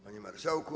Panie Marszałku!